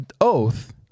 oath